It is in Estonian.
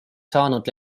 saanud